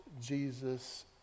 Jesus